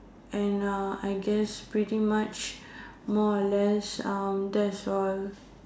and uh I guess pretty much more or less uh that's all